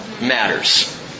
matters